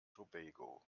tobago